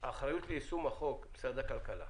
האחריות ליישום החוק היא על משרד הכלכלה,